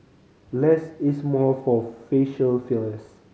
less is more for facial fillers